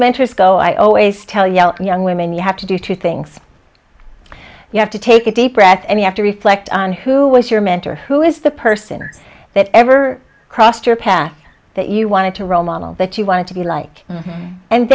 mentors go i always tell you young women you have to do two things you have to take a deep breath and you have to reflect on who was your mentor who is the person that ever crossed your path that you wanted to role model that you wanted to be like